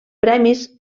premis